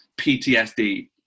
ptsd